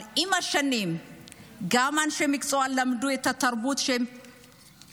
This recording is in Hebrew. אבל עם השנים גם אנשי מקצוע למדו את התרבות שלנו,